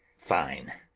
fine!